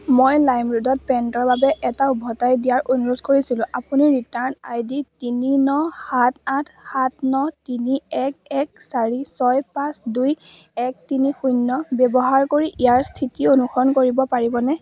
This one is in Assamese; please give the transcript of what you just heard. মই লাইমৰোডত পেণ্টৰ বাবে এটা উভতাই দিয়াৰ অনুৰোধ কৰিছিলোঁ আপুনি ৰিটাৰ্ণ আই ডি তিনি ন সাত আঠ সাত ন তিনি এক এক চাৰি ছয় পাঁচ দুই এক তিনি শূন্য ব্যৱহাৰ কৰি ইয়াৰ স্থিতি অনুসৰণ কৰিব পাৰিবনে